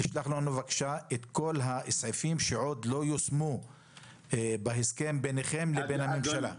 תשלח לנו בבקשה את כל הסעיפים שעוד לא יושמו בהסכם ביניכם לבין הממשלה.